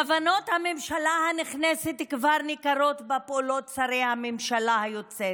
כוונות הממשלה הנכנסת כבר ניכרת בפעולות שרי הממשלה היוצאת,